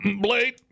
blade